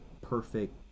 perfect